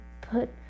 put